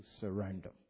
surrender